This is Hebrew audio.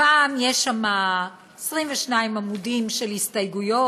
הפעם יש שם 22 עמודים של הסתייגויות